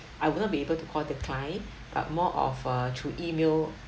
I would not be able to call the client but more of uh through email